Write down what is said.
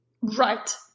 right